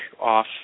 off